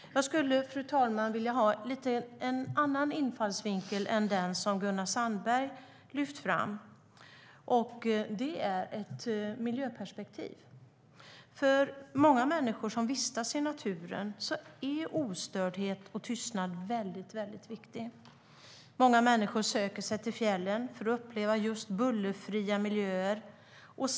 Jag skulle, fru talman, vilja se det från en annan infallsvinkel än den som Gunnar Sandberg lyfte fram, och det är ett miljöperspektiv. För många människor som vistas i naturen är ostördhet och tystnad väldigt viktigt. Många människor söker sig till fjällen för att uppleva just bullerfria miljöer.